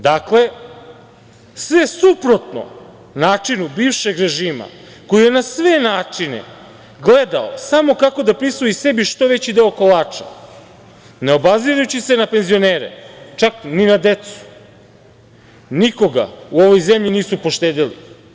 Dakle, sve suprotno načinu bivšeg režima koji je na sve načine gledao samo kako da prisvoji sebi što veći deo kolača ne obazirući se na penzionere, čak ni na decu, nikoga u ovoj zemlji nisu poštedeli.